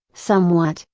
somewhat,